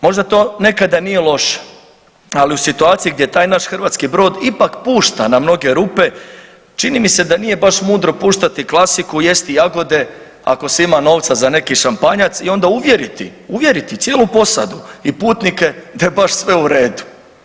Možda to nekada nije loše, ali u situaciji gdje taj naš hrvatski brod ipak pušta na mnoge rupe, čini mi se da nije baš mudro puštati klasiku, jesti jagode, ako se ima novca za neki šampanjac i onda uvjeriti, uvjeriti cijelu posadu i putnike da je baš sve u redu.